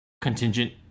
contingent